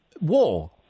war